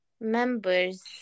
members